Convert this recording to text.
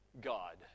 God